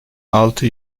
altı